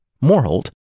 Morholt